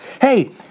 Hey